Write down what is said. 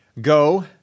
go